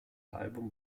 album